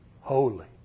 Holy